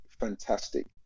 Fantastic